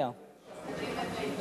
מסירים את ההסתייגות.